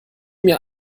mir